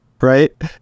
right